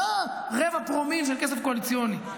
לא רבע פרומיל, זה כסף קואליציוני.